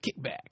kickback